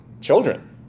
children